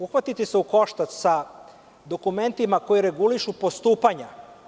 Uhvatite se u koštac sa dokumentima koji regulišu postupanja.